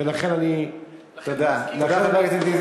ולכן אני, תודה, חבר הכנסת נסים זאב.